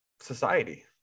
society